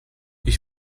ich